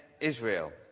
Israel